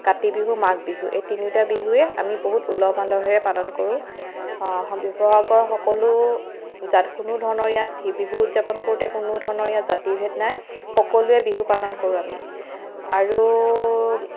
কাতি বিহু মাঘ বিহু এই তিনিওটা বিহুৱে আমি বহুত উলহ মালহৰে পালন কৰোঁ শিৱসাগৰ সকলো জা কোনো ধৰণৰ ইয়াত বিহু উদযাপন কৰোতে ইয়াত কোনো ধৰণৰ জাতিভেদ নাই সকলোৱে বিহু পালন কৰো আমি আৰু